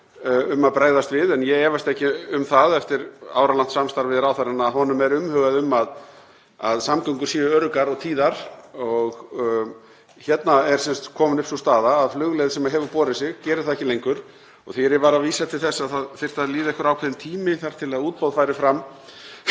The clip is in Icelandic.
um að bregðast við. Ég efast ekki um það, eftir áralangt samstarf við ráðherrann, að honum er umhugað um að samgöngur séu öruggar og tíðar. Hér er komin upp sú staða að flugleið sem hefur borið sig gerir það ekki lengur og þegar ég var að vísa til þess að það þyrfti að líða einhver ákveðinn tími þar til útboð færi fram